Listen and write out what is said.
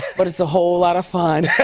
but it's a whole lot of fun.